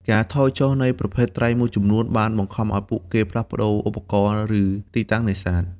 ការថយចុះ នៃប្រភេទត្រីមួយចំនួនបានបង្ខំឱ្យពួកគេផ្លាស់ប្តូរឧបករណ៍ ឬទីតាំងនេសាទ។